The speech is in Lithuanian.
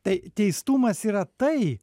tai teistumas yra tai